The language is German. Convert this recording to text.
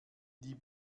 die